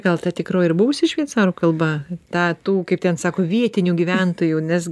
gal ta tikroji ir buvusi šveicarų kalba ta tų kaip ten sako vietinių gyventojų nes